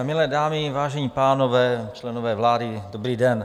Milé dámy, vážení pánové, členové vlády, dobrý den.